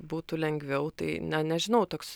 būtų lengviau tai na nežinau toks